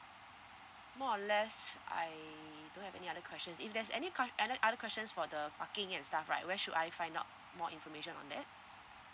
more or less I don't have any other question if there's any que~ other other questions for the parking and stuff right where should I find out more information on that